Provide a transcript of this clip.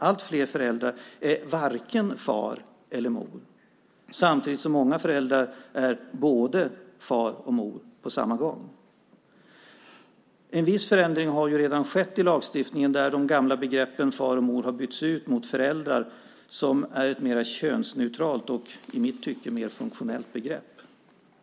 Allt fler föräldrar är varken far eller mor, samtidigt som många föräldrar är både far och mor på samma gång. En viss förändring har redan skett i lagstiftningen, där de gamla begreppen far och mor har bytts ut mot föräldrar som är ett mer könsneutralt och, i mitt tycke, mer funktionellt begrepp.